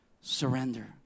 surrender